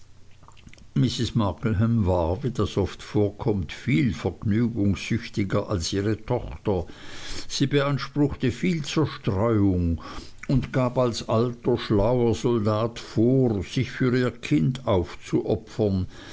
markleham war wie das oft vorkommt viel vergnügungsüchtiger als ihre tochter sie beanspruchte viel zerstreuung und gab als alter schlauer soldat vor sich für ihr kind aufzuopfern